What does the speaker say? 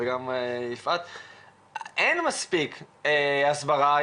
אין מספיק הסברה.